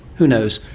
who knows,